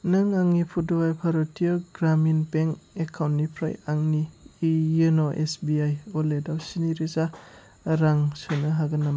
नों आंनि पुदुवाइ भारतिय' ग्रामिन बेंक एकाउन्टनिफ्राय आंनि यन' एसबिआइ वालेटाव स्नि रोजा रां सोनो हागोन नामा